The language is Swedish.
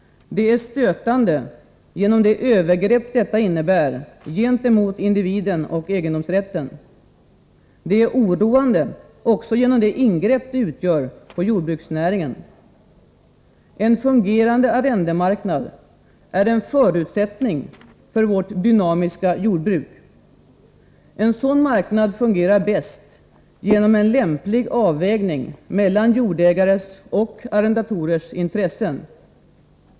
Det är stötande genom det övergrepp detta innebär gentemot individen och egendomsrätten. Det är också oroande genom det ingrepp det utgör på jordbruksnäringen. En fungerande arrendemarknad är en förutsättning för vårt dynamiska jordbruk. En sådan marknad fungerar bäst genom en lämplig avvägning mellan jordägares och arrendatorers intressen.